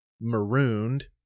marooned